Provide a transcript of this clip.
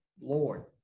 lord